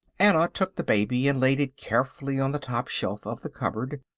anna took the baby and laid it carefully on the top shelf of the cupboard,